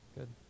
Good